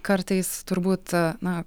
kartais turbūt na